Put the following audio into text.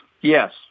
yes